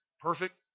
perfect